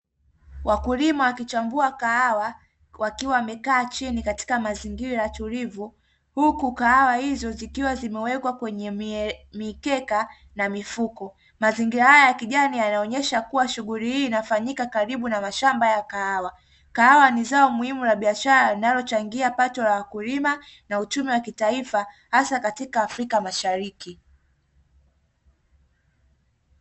Wakulima wakichambua kahawa wakiwa wamekaa chini katika mazingira tulivu huku kahawa hizo zikiwa zimewekwa kwenye mikeka na mifuko, mazingira haya ya kijani yanaonesha kuwa shughuli hii inafanyika karibu na mashamba ya kahawa, kahawa ni zao muhimu la biashara linalochangia pato la wakulima na uchumi wa kitaifa hasa katika afrika mashariki.